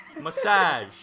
Massage